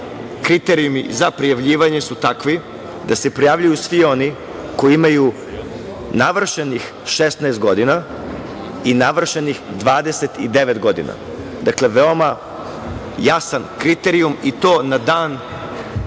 kriterijumi za prijavljivanje su takvi da se prijavljuju svi oni koji imaju navršenih 16 godina i navršenih 29 godina. Dakle, veoma jasan kriterijum i to na dan